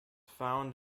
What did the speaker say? found